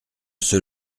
ceux